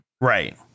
Right